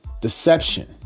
deception